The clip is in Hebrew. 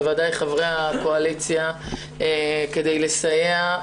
בוודאי חברי הקואליציה כדי לסייע,